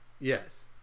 yes